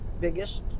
biggest